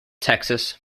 texas